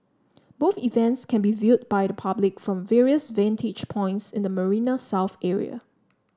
both events can be viewed by the public from various vantage points in the Marina South area